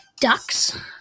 Ducks